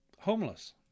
homeless